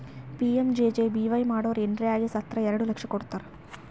PMJJBY ಮಾಡುರ್ ಏನರೆ ಆಗಿ ಸತ್ತುರ್ ಎರಡು ಲಕ್ಷ ಕೊಡ್ತುದ್